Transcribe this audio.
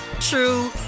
true